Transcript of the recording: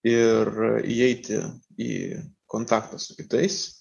ir įeiti į kontaktą su kitais